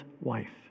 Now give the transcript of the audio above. wife